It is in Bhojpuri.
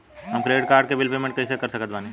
हमार क्रेडिट कार्ड के बिल पेमेंट कइसे कर सकत बानी?